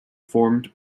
formed